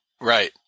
Right